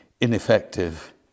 ineffective